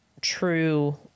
true